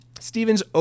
Stevens